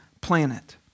planet